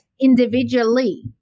individually